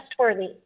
trustworthy